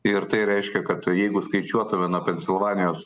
ir tai reiškia kad jeigu skaičiuotume nuo pensilvanijos